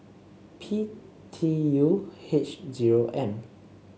P T U H zero M